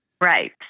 Right